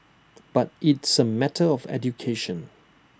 but it's A matter of education